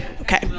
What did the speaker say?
okay